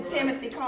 Timothy